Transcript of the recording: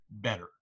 better